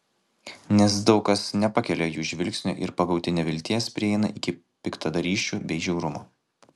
nes daug kas nepakelia jų žvilgsnio ir pagauti nevilties prieina iki piktadarysčių bei žiaurumo